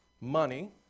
money